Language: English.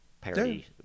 parody